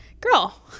girl